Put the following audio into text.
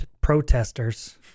protesters